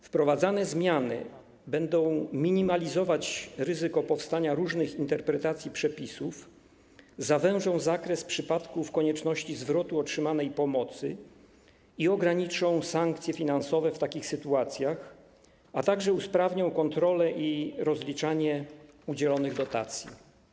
Wprowadzane zmiany będą minimalizować ryzyko powstania różnych interpretacji przepisów, zawężą zakres przypadków konieczności zwrotu otrzymanej pomocy i ograniczą sankcje finansowe w takich sytuacjach, a także usprawnią kontrolę i rozliczanie udzielonych dotacji.